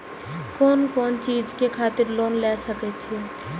कोन कोन चीज के खातिर लोन ले सके छिए?